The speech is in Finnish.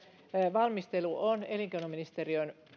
valmistelu on elinkeinoministeriön